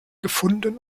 gefunden